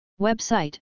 Website